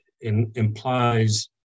implies